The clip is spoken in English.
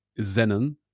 Zenon